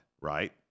right